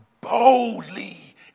boldly